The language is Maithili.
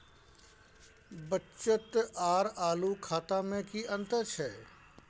बचत आर चालू खाता में कि अतंर छै?